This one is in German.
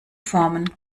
formen